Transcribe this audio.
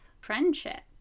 friendship